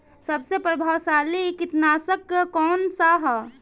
सबसे प्रभावशाली कीटनाशक कउन सा ह?